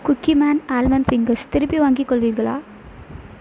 Cookieman almond fingers திருப்பி வாங்கிக் கொள்வீர்களா